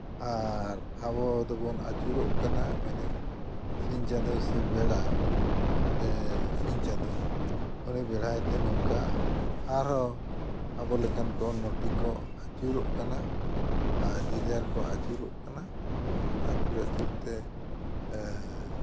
ᱟᱨ ᱟᱵᱚ ᱫᱚᱵᱚᱱ ᱟᱹᱪᱩᱨᱚᱜ ᱠᱟᱱᱟ ᱢᱮᱱᱮᱠ ᱥᱤᱧ ᱪᱟᱸᱫᱚ ᱥᱮ ᱵᱮᱲᱟ ᱥᱮ ᱥᱤᱧ ᱪᱟᱸᱫᱚ ᱢᱟᱱᱮ ᱵᱮᱲᱦᱟᱭᱛᱮ ᱱᱚᱝᱠᱟ ᱟᱨᱦᱚᱸ ᱟᱵᱚᱞᱮᱠᱟᱱ ᱠᱚ ᱱᱚᱴᱤ ᱠᱚ ᱟᱹᱪᱩᱨᱚᱜ ᱠᱟᱱᱟ ᱟᱨ ᱡᱮᱡᱟᱨ ᱠᱚ ᱟᱹᱪᱩᱨᱚᱜ ᱠᱟᱱᱟ ᱟᱨ ᱟᱹᱪᱩᱨ ᱟᱹᱪᱩᱨᱛᱮ